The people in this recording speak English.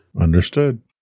Understood